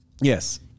Yes